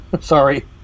Sorry